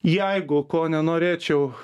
jeigu ko nenorėčiau